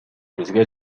бизге